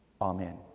Amen